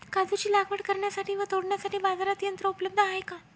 काजूची लागवड करण्यासाठी व तोडण्यासाठी बाजारात यंत्र उपलब्ध आहे का?